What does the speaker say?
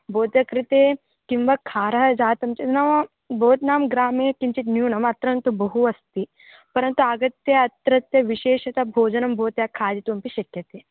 भवत्याः कृते किं वा खाराय जातं चेत् नाम भवत्याः ग्रामे किञ्चित् न्यूनमत्रन्तु बहु अस्ति परन्तु आगत्य अत्रत्य विशेषता भोजनं भवत्याः खादितुमपि शक्यते